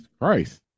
christ